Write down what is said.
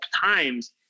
times